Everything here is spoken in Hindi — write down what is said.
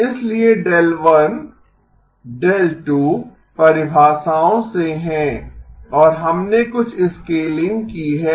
इसलिए δ 1 δ 2 परिभाषाओं से हैं और हमने कुछ स्केलिंग की है